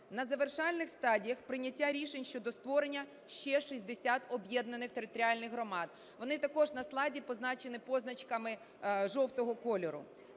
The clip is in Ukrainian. На завершальних стадіях прийняття рішень щодо створення ще 60 об'єднаних територіальних громад. Вони також на слайді позначені позначками жовтого кольору.